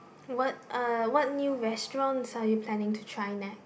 what uh what new restaurants are you planning to try next